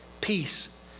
peace